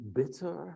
bitter